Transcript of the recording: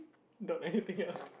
got anything else